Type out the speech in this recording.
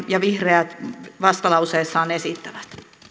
ja vihreät vastalauseessaan esittävät